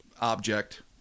object